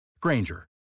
Granger